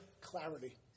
clarity